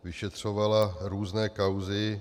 Vyšetřovala různé kauzy.